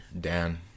dan